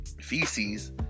feces